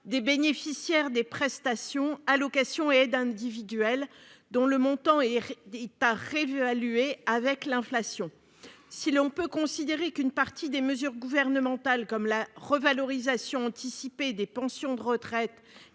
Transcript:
des bénéficiaires des prestations, allocations et aides individuelles, dont le montant est à réévaluer avec l'inflation. Si l'on peut considérer qu'une partie des mesures gouvernementales, comme la revalorisation anticipée des pensions de retraite